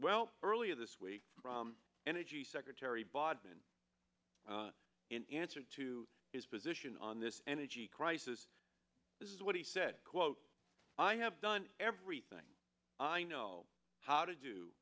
well earlier this week from energy secretary bodman in answer to his position on this energy crisis this is what he said quote i have done everything i know how to do